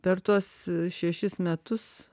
per tuos šešis metus